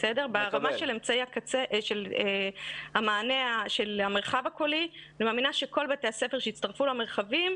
ברמה של המענה של המרחב הקולי אני מאמינה שכל בתי הספר שיצטרפו למרחבים,